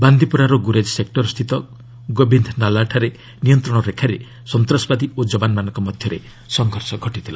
ବାନ୍ଦିପୁରାର ଗୁରେଜ୍ ସେକ୍ରରସ୍ଥିତ ଗୋବିନ୍ଦନାଲାଠାରେ ନିୟନ୍ତ୍ରଣରେଖାରେ ସନ୍ତାସବାଦୀ ଓ ଯବାନମାନଙ୍କ ମଧ୍ୟରେ ସଂଘର୍ଷ ଘଟିଥିଲା